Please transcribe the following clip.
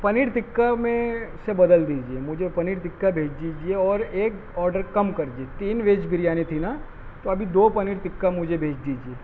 پنیر ٹکا میں سے بدل دیجیے مجھے پنیر ٹکا بھیج دیجیے اور ایک آڈر کم کر دیجیے تین ویج بریانی تھی نا تو ابھی دو پنیر ٹکا مجھے بھیج دیجیے